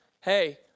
Hey